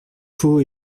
faux